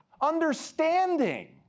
Understanding